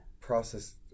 process